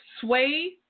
sway